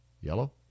Yellow